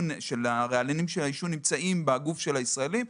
של הרעלנים נמצאים בגוף של הישראלים,